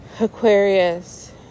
Aquarius